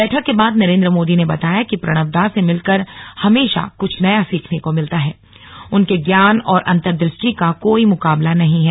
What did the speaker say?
बैठक के बाद नरेन्द्र मोदी ने बताया कि प्रणब दा से मिलकर हमेशा कुछ नया सीखने को मिलता है उनके ज्ञान और अंर्तदृष्टि का कोई मुकाबला नहीं है